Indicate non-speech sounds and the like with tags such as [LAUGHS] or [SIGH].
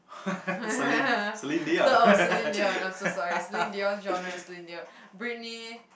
[LAUGHS] thought of Celine-Dion I'm so sorry Celine-Dion's genre Celine-Dion Britney